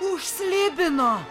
už slibino